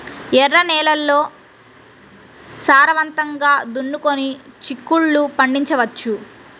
ఎర్ర నేలల్లో సారవంతంగా దున్నుకొని చిక్కుళ్ళు పండించవచ్చు